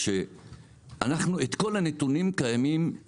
היא שאנחנו את כל הנתונים הקיימים אנחנו מקבלים,